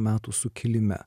metų sukilime